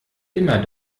immer